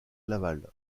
laval